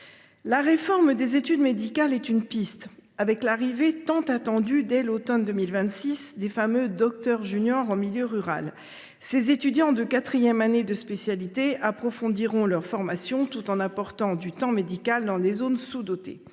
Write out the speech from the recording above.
La réforme des études médicales est une piste, avec l’arrivée tant attendue, dès l’automne 2026, des fameux docteurs juniors en milieu rural. Ces étudiants en quatrième année de médecine générale approfondiront leur formation tout en apportant du temps médical dans des zones sous dotées.